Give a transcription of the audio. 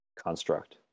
construct